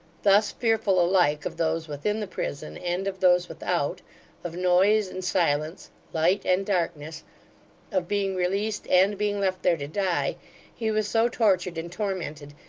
thus fearful alike, of those within the prison and of those without of noise and silence light and darkness of being released, and being left there to die he was so tortured and tormented,